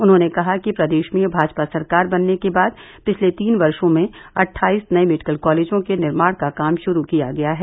उन्होंने कहा कि प्रदेश में भाजपा सरकार बनने के बाद पिछले तीन वर्षों में अट्ठाइस नए मेडिकल कॉलेजों के निर्माण का काम शुरू किया गया है